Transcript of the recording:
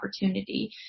opportunity